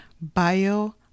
Bio